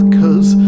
cause